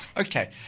Okay